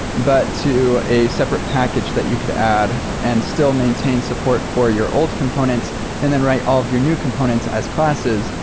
but to a separate package that you could add and still maintain support for your old components and then write all of your new components as classes,